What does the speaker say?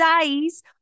days